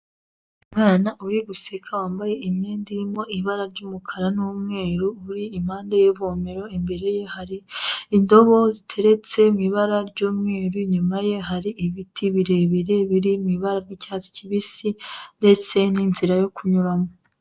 Umwana uri guseka wambaye imyenda irimo ibara ry'umukara n'umweru, uri impande y'ivomero, imbere ye hari indobo ziteretse mu ibara ry'umweru, inyuma ye hari ibiti birebire biri mu ibara ry'icyatsi kibisi ndetse n'inzira yo kunyuramo.